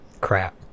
crap